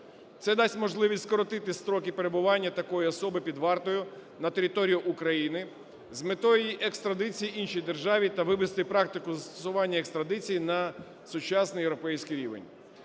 Це дасть можливість скоротити строки перебування такої особи під вартою на території України з метою її екстрадиції іншій державі та вивести практику застосування екстрадиції на сучасний європейський рівень.